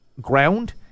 ground